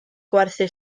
gwerthu